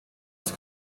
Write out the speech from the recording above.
das